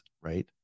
right